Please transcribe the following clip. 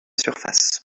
surface